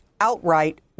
outright